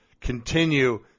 continue